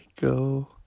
go